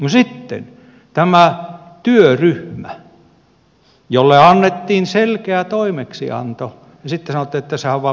no sitten tämä työryhmä jolle annettiin selkeä toimeksianto ja sitten sanottiin että sehän on vaan virkamiesesitys